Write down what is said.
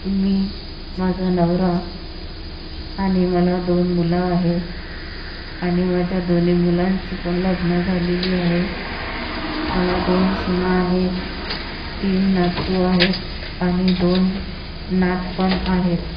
मी माझा नवरा आणि मला दोन मुलं आहेत आणि माझ्या दोन्ही मुलांची पण लग्नं झालेली आहे मला दोन सुना आहेत तीन नातू आहेत आणि दोन नात पण आहेत